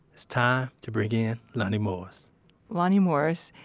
it's time to bring in lonnie morris lonnie morris.